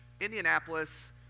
Indianapolis